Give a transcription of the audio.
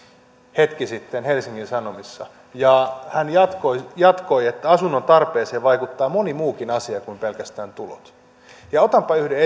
hetki sitten helsingin sanomissa ja hän jatkoi jatkoi asunnon tarpeeseen vaikuttaa moni muukin asia kuin pelkästään tulot otanpa yhden